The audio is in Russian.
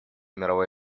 мировой